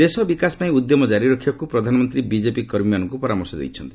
ଦେଶ ବିକାଶପାଇଁ ଉଦ୍ୟମ କାରି ରଖିବାକୁ ପ୍ରଧାନମନ୍ତ୍ରୀ ବିକେପି କର୍ମୀମାନଙ୍କୁ ପରାମର୍ଶ ଦେଇଛନ୍ତି